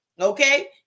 okay